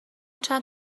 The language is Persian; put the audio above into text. چند